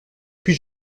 puis